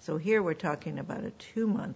so here we're talking about a two month